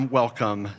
welcome